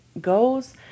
goes